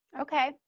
Okay